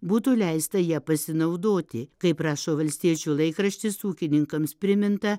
būtų leista ja pasinaudoti kaip rašo valstiečių laikraštis ūkininkams priminta